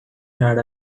had